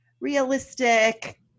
Realistic